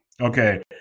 Okay